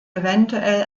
eventuell